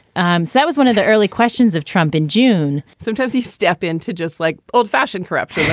um so that was one of the early questions of trump in june sometimes you step in to just like old fashioned, corrupt,